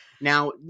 Now